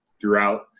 throughout